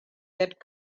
that